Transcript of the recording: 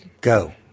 go